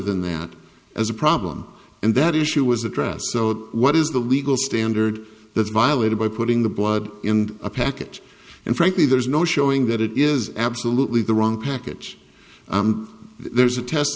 than that as a problem and that issue was addressed so what is the legal standard that is violated by putting the blood in a packet and frankly there's no showing that it is absolutely the wrong package there's a test